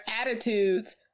attitudes